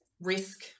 risk